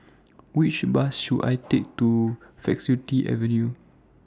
Which Bus should I Take to Faculty Avenue